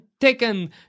taken